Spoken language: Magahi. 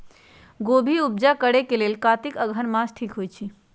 गोभि उपजा करेलेल कातिक अगहन मास ठीक होई छै